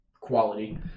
quality